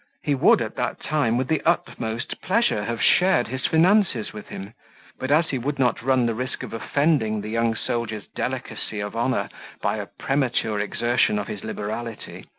he would, at that time, with the utmost pleasure, have shared his finances with him but as he would not run the risk of offending the young soldier's delicacy of honour by a premature exertion of his liberality,